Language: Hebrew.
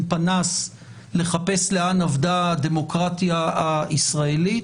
פנס לחפש לאן אבדה הדמוקרטיה הישראלית.